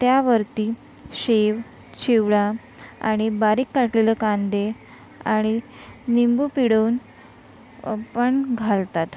त्यावरती शेव चिवडा आणि बारीक काटलेलं कांदे आणि निंबू पिळवून आपण घालतात